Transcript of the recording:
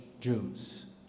Jews